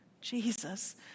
Jesus